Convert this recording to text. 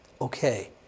okay